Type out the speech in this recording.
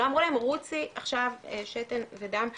לא אמרו להם רוצי עכשיו שתן ודם לתת,